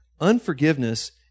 Unforgiveness